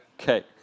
Okay